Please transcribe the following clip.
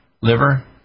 liver